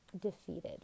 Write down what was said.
defeated